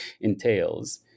entails